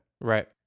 Right